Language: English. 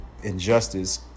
Injustice